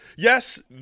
Yes